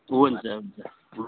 हुन्छ हुन्छ हु